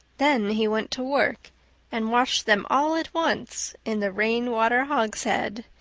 then he went to work and washed them all at once in the rainwater hogshead,